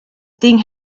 thing